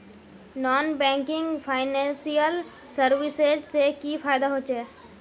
Non banking financial services से की फायदा होचे?